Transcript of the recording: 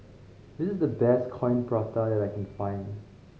this is the best Coin Prata that I can find